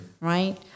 right